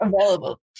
available